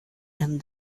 and